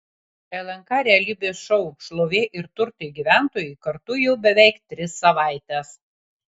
lnk realybės šou šlovė ir turtai gyventojai kartu jau beveik tris savaites